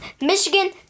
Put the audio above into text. Michigan